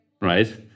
right